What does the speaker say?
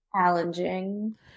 challenging